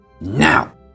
Now